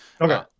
Okay